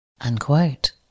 unquote